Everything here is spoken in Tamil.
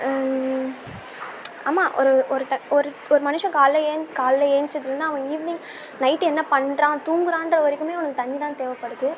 அம்மா ஒரு ஒரு ஒருத்தன் ஒரு மனுஷன் காலையில் ஏன் காலையில் ஏழுஞ்சதுலேந்து அவன் ஈவினிங் நைட்டு என்ன பண்ணுறான் தூங்குறான்ற வரைக்குமே அவனுக்கு தண்ணி தான் தேவைப்படுது